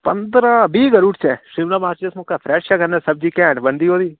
पंदरां बीह् करी ओड़चै शिमला मर्च सगुआंं फ्रेश ऐ कन्नै सब्जी कैंट बनदी ओह्दी